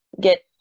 get